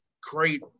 create